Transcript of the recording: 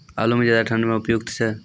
आलू म ज्यादा ठंड म उपयुक्त छै?